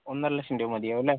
ഒന്നര ലക്ഷം രൂപ മതിയാവും അല്ലേ